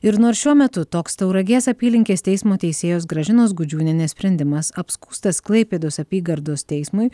ir nors šiuo metu toks tauragės apylinkės teismo teisėjos gražinos gudžiūnienės sprendimas apskųstas klaipėdos apygardos teismui